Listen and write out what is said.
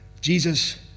Jesus